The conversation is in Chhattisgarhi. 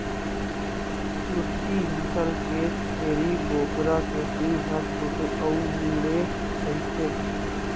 सूरती नसल के छेरी बोकरा के सींग ह छोटे अउ मुड़े रइथे